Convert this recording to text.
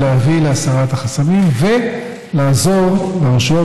להביא להסרת החסמים ולעזור לרשויות